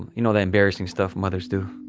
you know, that embarrassing stuff mothers do.